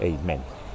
Amen